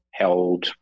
held